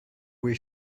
where